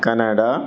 Canada